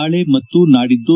ನಾಳೆ ಮತ್ತು ನಾಡಿದ್ದು